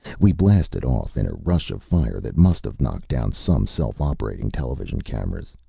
we blasted off in a rush of fire that must have knocked down some self-operating television cameras.